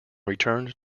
returned